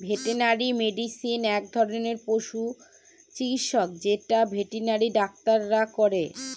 veterinary medicine এক ধরনের পশু চিকিৎসা যেটা ভেটেনারি ডাক্তাররা করে